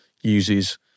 uses